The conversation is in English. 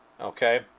Okay